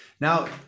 Now